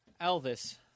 Elvis